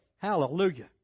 Hallelujah